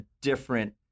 different